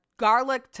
Garlic